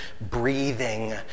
breathing